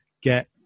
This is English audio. get